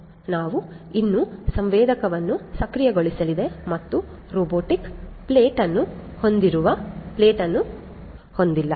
ಆದ್ದರಿಂದ ನಾವು ಇನ್ನೂ ಸಂವೇದಕವನ್ನು ಸಕ್ರಿಯಗೊಳಿಸಿದ ಮತ್ತು ರೊಬೊಟಿಕ್ ಪ್ಲೇಟ್ ಅನ್ನು ಹೊಂದಿರುವ ಪ್ಲೇಟ್ ಅನ್ನು ಹೊಂದಿಲ್ಲ